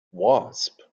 wasp